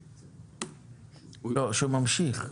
לא, שהוא ממשיך.